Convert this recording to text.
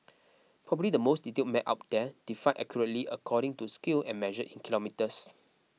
probably the most detailed map up there defined accurately according to scale and measured in kilometres